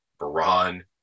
Iran